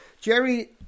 Jerry